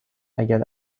اگر